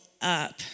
up